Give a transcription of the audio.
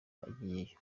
agiyeyo